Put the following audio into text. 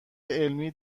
علمی